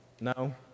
No